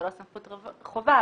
זה לא סמכות חובה,